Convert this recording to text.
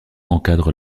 encadre